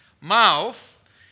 Mouth